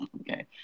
Okay